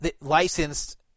licensed